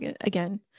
again